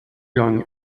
young